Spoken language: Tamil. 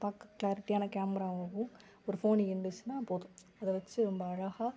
பார்க்கக் க்ளாரிட்டியான கேமராவாகவும் ஒரு ஃபோன் இருந்துச்சுன்னால் போதும் அதை வச்சு ரொம்ப அழகாக